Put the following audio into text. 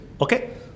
okay